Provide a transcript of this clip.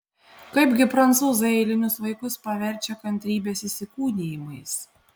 kaipgi prancūzai eilinius vaikus paverčia kantrybės įsikūnijimais